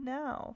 now